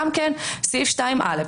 סעיף 2(א)